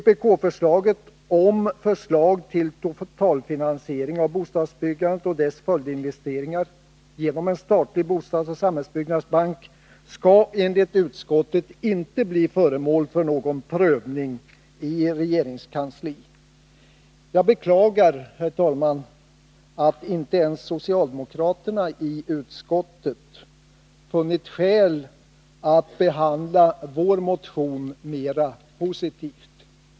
Vpk-förslaget till totalfinansiering av bostadsbyggandet och dess följdinvesteringar genom en statlig bostadsoch samhällsbyggnadsbank skall enligt utskottet inte bli föremål för någon prövning i regeringskansliet. Jag beklagar, herr talman, att inte ens socialdemokraterna i utskottet funnit skäl att behandla vår motion mera positivt.